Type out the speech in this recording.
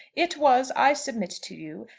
it was, i submit to you,